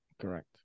Correct